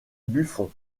buffon